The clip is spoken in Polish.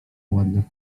ładnych